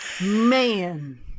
Man